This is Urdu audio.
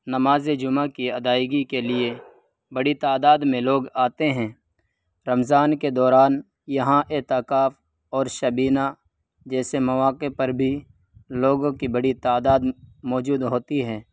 نماز جمعہ کی ادائیگی کے لیے بڑی تعداد میں لوگ آتے ہیں رمضان کے دوران یہاں اعتکاف اور شبینہ جیسے مواقع پر بھی لوگوں کی بڑی تعداد موجود ہوتی ہے